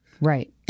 Right